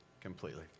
completely